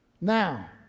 Now